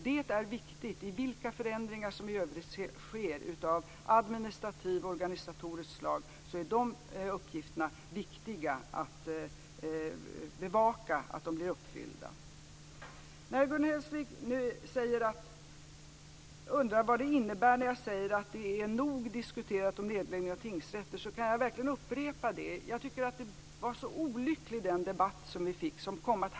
Det är viktigt att bevaka att detta blir uppfyllt vilka förändringar av administrativt och organisatoriskt slag som än sker i övrigt. Gun Hellsvik undrar vad det innebär när jag säger att det är nog diskuterat om nedläggning av tingsrätter. Jag vill verkligen upprepa det. Jag tycker att den debatt som vi fick var så olycklig.